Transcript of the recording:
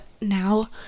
now